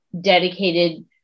dedicated